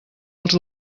els